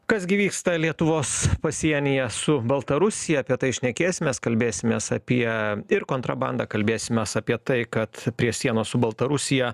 kas gi vyksta lietuvos pasienyje su baltarusija apie tai šnekėsimės kalbėsimės apie ir kontrabandą kalbėsimės apie tai kad prie sienos su baltarusija